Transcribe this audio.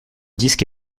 disque